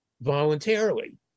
voluntarily